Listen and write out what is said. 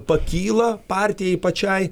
pakyla partijai pačiai